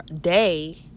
day